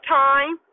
time